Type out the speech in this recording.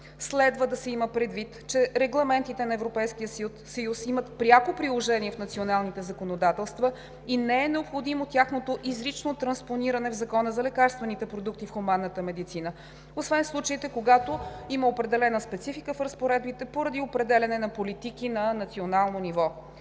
Следва да се има предвид, че регламентите на Европейския съюз имат пряко приложение в националните законодателства и не е необходимо тяхното изрично транспониране в Закона за лекарствените продукти в хуманната медицина, освен в случаите, когато има определена специфика в разпоредбите поради определяне на политики на национално ниво.